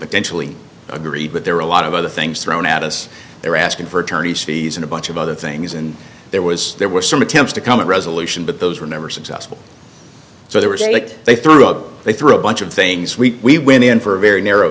potentially agree but there are a lot of other things thrown at us there asking for attorney's fees and a bunch of other things and there was there was some attempts to come a resolution but those were never successful so they were saying that they threw up they threw a bunch of things we win in for a very narrow